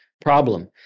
problem